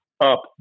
up